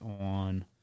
on